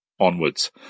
onwards